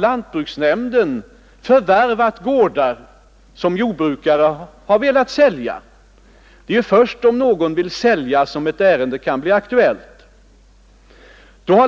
lantbruksnämnden förvärvat gårdar som jordbrukare har velat sälja. Det är ju först om någon vill sälja som ett ärende kan bli aktuellt.